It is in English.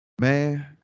Man